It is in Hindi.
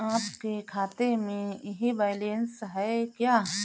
आपके खाते में यह बैलेंस है क्या?